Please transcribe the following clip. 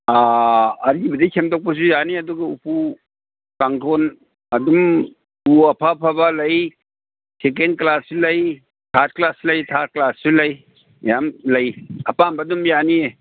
ꯑꯔꯤꯕꯗꯩ ꯁꯦꯝꯗꯣꯛꯄꯁꯨ ꯌꯥꯅꯤ ꯑꯗꯨꯒ ꯎꯄꯨ ꯀꯥꯡꯊꯣꯟ ꯑꯗꯨꯝ ꯎ ꯑꯐ ꯑꯐꯕ ꯂꯩ ꯁꯦꯀꯦꯟ ꯀ꯭ꯂꯥꯁꯁꯨ ꯂꯩ ꯊꯥꯔꯠ ꯀ꯭ꯂꯥꯁ ꯂꯩ ꯊꯥꯔꯠ ꯀ꯭ꯂꯥꯁꯁꯨ ꯂꯩ ꯌꯥꯝ ꯂꯩ ꯑꯄꯥꯝꯕ ꯑꯗꯨꯝ ꯌꯥꯅꯤꯌꯦ